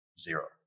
zero